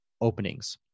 openings